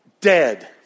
dead